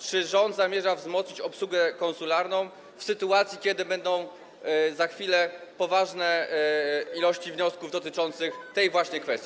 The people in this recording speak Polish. Czy rząd zamierza wzmocnić obsługę konsularną w sytuacji, kiedy będą za chwilę poważne ilości wniosków dotyczących tej właśnie kwestii?